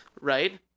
right